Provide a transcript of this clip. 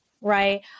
right